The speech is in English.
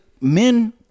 men